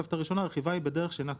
הראשונה- הרכיבה היא בדרך שאינה כביש"